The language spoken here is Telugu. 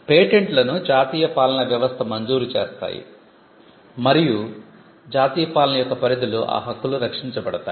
పేటెంట్లను జాతీయ పాలనా వ్యవస్థ మంజూరు చేస్తాయి మరియు జాతీయ పాలన యొక్క పరిధిలో ఆ హక్కులు రక్షించబడతాయి